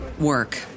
work